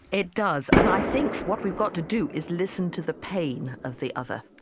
it does, and i think what we've got to do is listen to the pain of the other.